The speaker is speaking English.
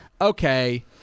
Okay